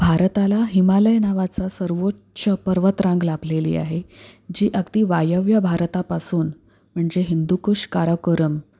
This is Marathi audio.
भारताला हिमालय नावाचा सर्वोच्च पर्वतरांग लाभलेली आहे जी अगदी वायव्य भारतापासून म्हणजे हिंदुकुश काराकोरम